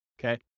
okay